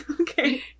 Okay